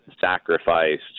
sacrificed